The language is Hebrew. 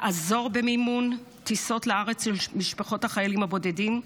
לעזור במימון טיסות לארץ של משפחות החיילים הבודדים,